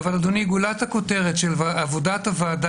אבל, אדוני, גולת הכותרת של עבודת הוועדה